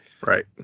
Right